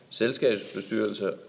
selskabsbestyrelse